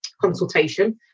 consultation